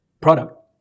product